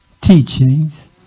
teachings